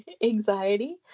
anxiety